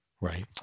Right